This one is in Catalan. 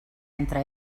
entre